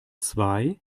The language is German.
zwei